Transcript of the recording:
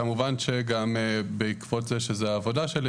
כמובן שגם בעקבות זה שזו העבודה שלי,